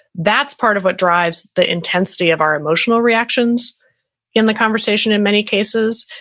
that's part of what drives the intensity of our emotional reactions in the conversation in many cases.